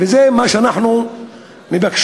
וזה מה שאנחנו מבקשים.